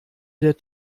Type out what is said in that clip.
der